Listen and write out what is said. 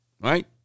Right